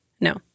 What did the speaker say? No